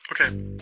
Okay